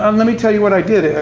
um let me tell you what i did.